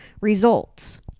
results